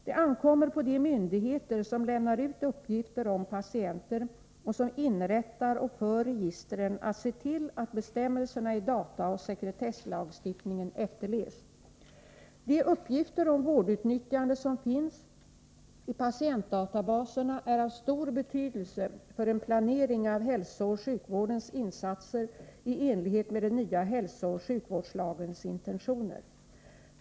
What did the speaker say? Det ankommer på de myndigheter som lämnar ut uppgifter om patienter och som inrättar och för registren att se till att bestämmelserna i dataoch sekretesslagstiftningen efterlevs. De uppgifter om vårdutnyttjande som finns i patientdatabaserna är av stor betydelse för en planering av hälsooch sjukvårdens insatser i enlighet med den nya hälsooch sjukvårdslagens intentioner.